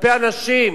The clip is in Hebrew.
כלפי אנשים,